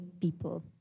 people